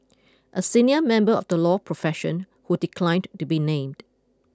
a senior member of the law profession who declined to be named